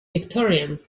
victorian